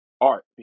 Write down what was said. art